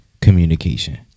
communication